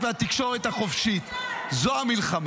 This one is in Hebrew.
תקבלו.